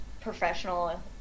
professional